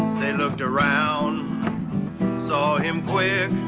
they looked around saw him quick.